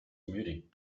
commuting